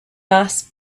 mass